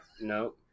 No